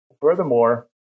Furthermore